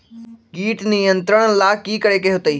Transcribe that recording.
किट नियंत्रण ला कि करे के होतइ?